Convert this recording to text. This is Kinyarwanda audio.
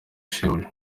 shebuja